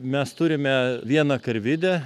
mes turime vieną karvidę